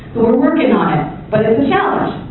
we're working on it. but, it's a challenge.